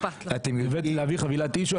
להביא חבילת טישו?